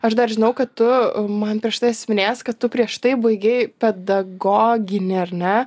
aš dar žinau kad tu man prieš tai esi minėjęs kad tu prieš tai baigei pedagoginį ar ne